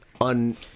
on